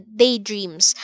daydreams